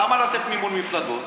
למה לתת מימון מפלגות?